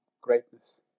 greatness